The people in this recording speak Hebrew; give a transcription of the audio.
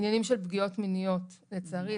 עניינים של פגיעות מיניות לצערי,